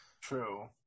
True